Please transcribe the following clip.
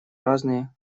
разные